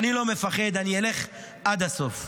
אני לא מפחד, אני אלך עד הסוף.